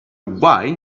why